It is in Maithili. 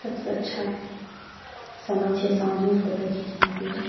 सबसे अच्छा समय छै साँझमे फोटो खिचबाक लेल